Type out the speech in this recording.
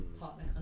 partner